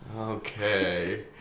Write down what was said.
Okay